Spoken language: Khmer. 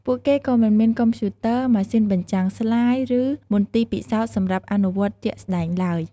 ពួកគេក៏មិនមានកុំព្យូទ័រ ម៉ាស៊ីនបញ្ចាំងស្លាយ ឬមន្ទីរពិសោធន៍សម្រាប់អនុវត្តជាក់ស្តែងឡើយ។